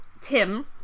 Tim